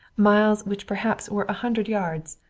miles which perhaps were a hundred yards.